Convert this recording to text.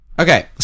Okay